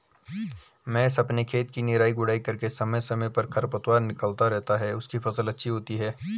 महेश अपने खेत की निराई गुड़ाई करके समय समय पर खरपतवार निकलता रहता है उसकी फसल अच्छी होती है